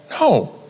no